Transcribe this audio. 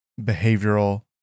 behavioral